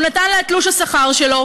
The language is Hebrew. הוא נתן לה את תלוש השכר שלו,